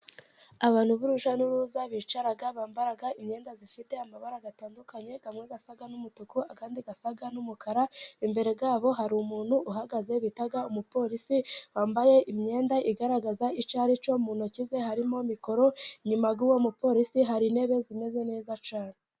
Abantu b'urujya n'uruza bicara bambara imyenda ifite amabara atandukanye, amwe asa n'umutuku andi asa n'umukara, imbere yabo hari umuntu uhagaze bita umupolisi wambaye imyenda igaragaza icyo ari cyo, mu ntoki ze harimo mikoro, inyuma y'uwo mupolisi hari intebe zimeze neza cyane.